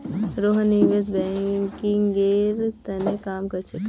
रोहन निवेश बैंकिंगेर त न काम कर छेक